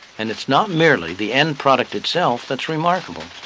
and it's not merely the end product itself that remarkable.